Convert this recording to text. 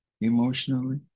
emotionally